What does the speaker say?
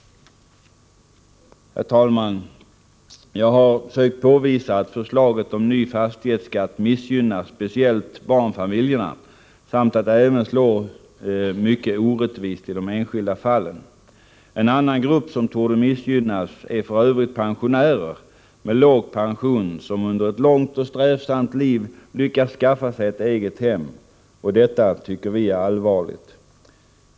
Herr talman! Jag har sökt påvisa att förslaget om en ny fastighetsskatt missgynnar speciellt barnfamiljerna samt att det även slår mycket orättvist i de enskilda fallen. En annan grupp som torde missgynnas är f. ö. pensionärer med låg pension, som under ett långt och strävsamt liv lyckats skaffa sig ett eget hem. Och detta tycker vi är allvarligt.